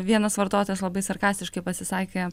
vienas vartotojas labai sarkastiškai pasisakė